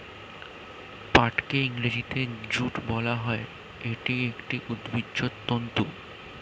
পাটকে ইংরেজিতে জুট বলা হয়, এটি একটি উদ্ভিজ্জ তন্তু